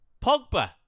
Pogba